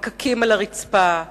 מקקים על הרצפה,